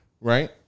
right